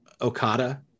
Okada